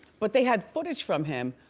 but they had footage from him,